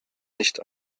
nicht